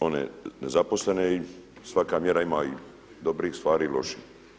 one nezaposlene i svaka mjera ima i dobrih stvari i loših.